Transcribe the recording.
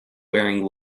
wearing